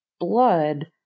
blood